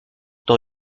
dans